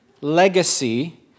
legacy